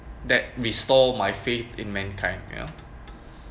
that restored my faith in mankind you know